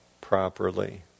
properly